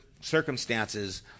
circumstances